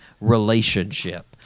relationship